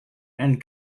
and